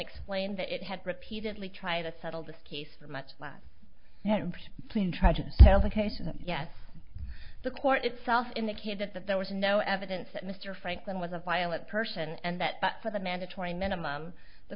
explained that it had repeatedly tried to settle this case for much less clean tried to tell the cases yes the court itself in the case that that there was no evidence that mr franklin was a violent person and that for the mandatory minimum the